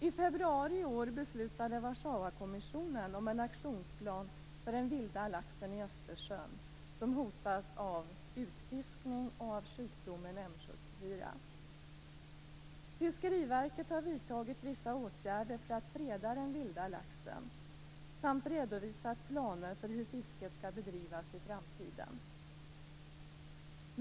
I februari i år beslutade Warszawakommissionen om en aktionsplan för den vilda laxen i Östersjön som hotas av utfiskning och sjukdomen M 74. Fiskeriverket har vidtagit vissa åtgärder för att freda den vilda laxen samt redovisat planer för hur fisket skall bedrivas i framtiden.